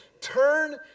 turn